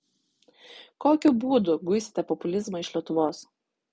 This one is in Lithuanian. kokiu būdu guisite populizmą iš lietuvos